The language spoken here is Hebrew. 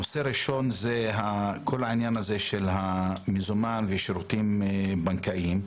נושא ראשון זה כל העניין של המזומן ושירותים בנקאיים,